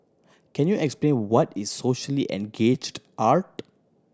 can you explain what is socially engaged art